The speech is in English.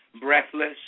Breathless